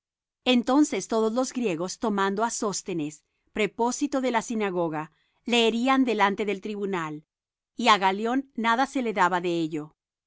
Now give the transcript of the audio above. entonces todos los griegos tomando á sóstenes prepósito de la sinagoga le herían delante del tribunal y á galión nada se le daba de ello